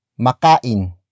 makain